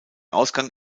ausgang